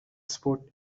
sport